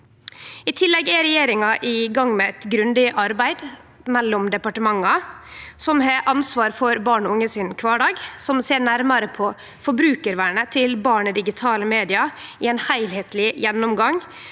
I tillegg er regjeringa i gang med eit grundig arbeid mellom departementa som har ansvar for barn og unge sin kvardag, som ser nærare på forbrukarvernet til barn i digitale media i ein heilskapleg gjennomgang,